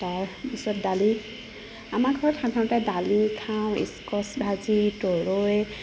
তাৰপিছত দালি আমাৰ ঘৰত সাধাৰণতে দালি খাওঁ স্কছ ভাজি তুৰৈ